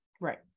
Right